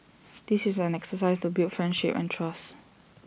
this is an exercise to build friendship and trust